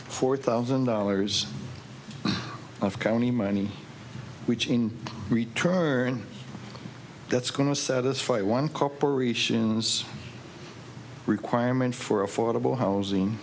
four thousand dollars of county money which in return that's going to satisfy one corporation's requirement for affordable housing